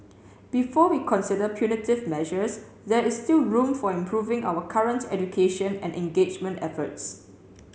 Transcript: before we consider punitive measures there is still room for improving our current education and engagement efforts